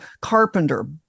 carpenter